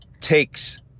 takes